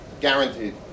Guaranteed